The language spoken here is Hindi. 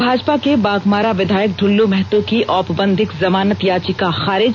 भाजपा के बाघमारा विधायक दुल्लू महतो की औपबंधिक जमानत याचिका खारिज